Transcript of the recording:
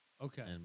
Okay